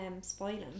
spoiling